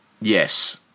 Yes